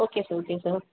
okay sir okay sir